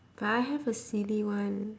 but I have a silly one